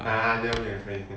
ah 对对